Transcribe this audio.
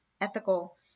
ethical